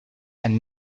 and